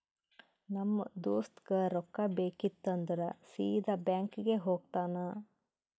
ನಮ್ ದೋಸ್ತಗ್ ರೊಕ್ಕಾ ಬೇಕಿತ್ತು ಅಂದುರ್ ಸೀದಾ ಬ್ಯಾಂಕ್ಗೆ ಹೋಗ್ತಾನ